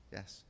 Yes